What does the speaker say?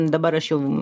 dabar aš jau